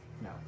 No